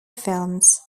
films